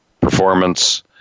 performance